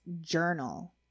Journal